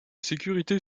sécurité